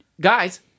guys